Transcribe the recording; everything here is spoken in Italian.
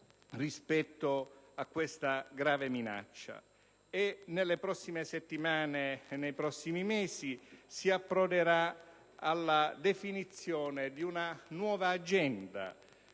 rispetto a tale grave minaccia. Nelle prossime settimane e nei prossimi mesi si approderà alla definizione di una nuova agenda,